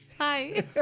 Hi